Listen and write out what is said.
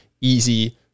easy